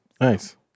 Nice